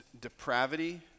depravity